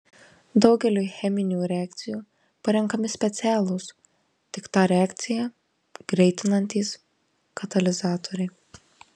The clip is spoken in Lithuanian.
daugeliui cheminių reakcijų parenkami specialūs tik tą reakciją greitinantys katalizatoriai